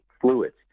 fluids